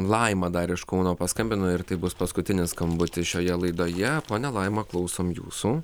laima dar iš kauno paskambino ir tai bus paskutinis skambutis šioje laidoje ponia laima klausom jūsų